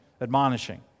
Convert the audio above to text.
admonishing